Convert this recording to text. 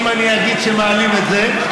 אם אני אגיד שמעלים את זה,